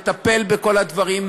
מטפל בכל הדברים,